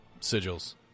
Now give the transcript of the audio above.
sigils